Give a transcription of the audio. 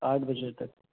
آٹھ بجے تک